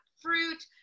fruit